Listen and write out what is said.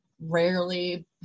rarely